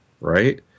right